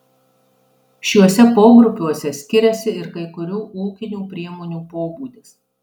šiuose pogrupiuose skiriasi ir kai kurių ūkinių priemonių pobūdis